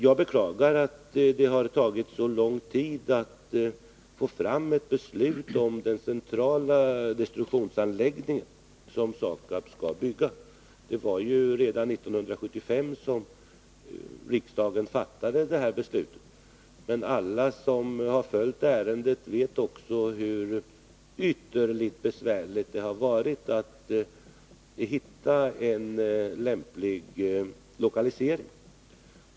Jag beklagar att det har tagit så lång tid att få fram ett beslut om den centrala destruktionsanläggning som SAKAB skall bygga. Det var ju redan 1975 som riksdagen fattade beslutet, men alla som har följt ärendet vet hur ytterligt besvärligt det har varit att hitta en lämplig lokalisering.